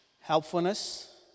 helpfulness